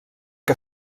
que